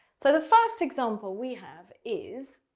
so the first example we have is,